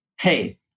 Hey